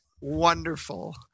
Wonderful